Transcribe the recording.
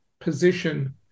position